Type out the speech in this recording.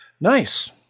Nice